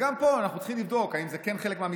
וגם פה אנחנו צריכים לבדוק אם זה חלק מהמתווה,